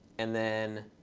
and then